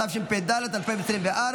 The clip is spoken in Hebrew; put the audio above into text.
התשפ"ד 2024,